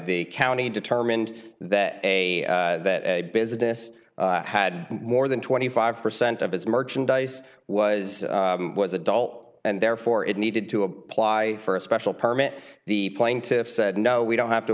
the county determined that a business had more than twenty five percent of his merchandise was was adult and therefore it needed to apply for a special permit the plaintiffs said no we don't have to